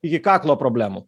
iki kaklo problemų